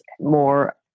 more